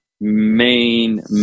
main